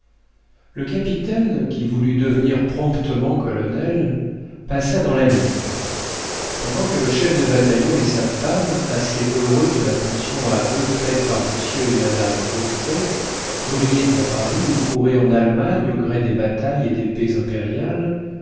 le capitaine qui voulut devenir promptement colonel passa dans la ligne pendant que le chef de bataillon et sa femme assez heureux de la pension à eux faite par monsieur et madame auffray brillaient à paris ou couraient en allemagne au gré des batailles et des paix impériales